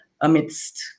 amidst